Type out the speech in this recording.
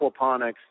aquaponics